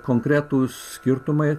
konkretūs skirtumai